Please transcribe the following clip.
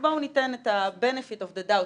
ובואו ניתן את ה-benefit of the doubt,